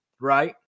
right